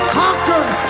conquered